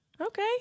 okay